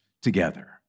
together